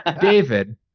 David